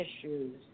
issues